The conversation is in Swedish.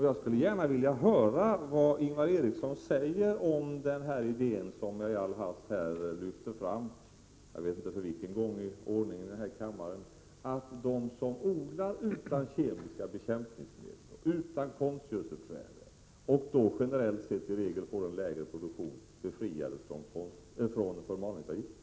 Jag skulle gärna vilja höra vad Ingvar Eriksson säger om den idé som jag i all hast lyfte fram — jag vet inte för vilken gång i ordningen i kammaren — att de som odlar utan kemiska bekämpningsmedel och utan konstgödsel och generellt sett i regel får en lägre produktion skall befrias från förmalningsavgift.